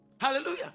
Hallelujah